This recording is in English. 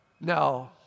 No